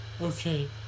Okay